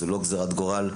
זו לא גזירת גורל,